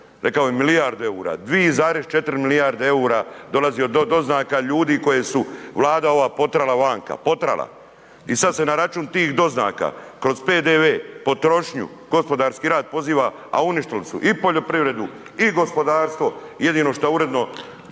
rekao je milijarde EUR-a, 2,4 milijarde EUR-a dolazi od doznaka ljudi koje su Vlada ova potrala vanka, potrala i sad se na račun tih doznaka kroz PDV, potrošnju, gospodarski rast, poziva, a uništili su i poljoprivredu i gospodarstvo, jedino šta uredno